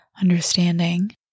understanding